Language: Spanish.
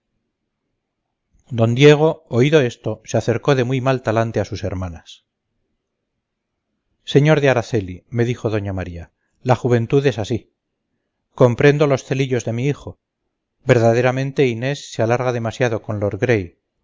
d diego oído esto se acercó de muy mal talante a sus hermanas sr de araceli me dijo doña maría la juventud es así comprendo los celillos de mi hijo verdaderamente inés se alarga demasiado con